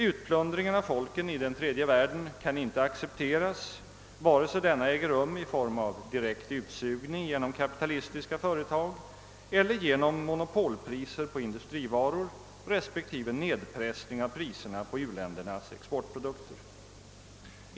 Utplundringen av folken i den tredje världen kan inte accepteras vare sig den äger rum i form av direkt utsugning genom kapitalistiska företag eller genom monopolpriser på industrivaror respektive nedpressning av priserna på u-ländernas exportprodukter.